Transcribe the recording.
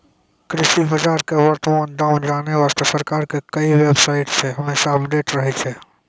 कृषि बाजार के वर्तमान दाम जानै वास्तॅ सरकार के कई बेव साइट छै जे हमेशा अपडेट रहै छै